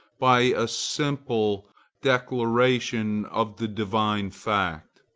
by a simple declaration of the divine fact.